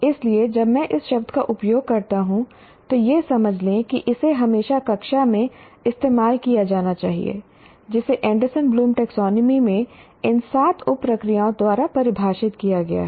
इसलिए जब मैं इस शब्द का उपयोग करता हूं तो यह समझ लें कि इसे हमेशा कक्षा में इस्तेमाल किया जाना चाहिए जिसे एंडरसन ब्लूम टैक्सोनॉमी में इन सात उप प्रक्रियाओं द्वारा परिभाषित किया गया है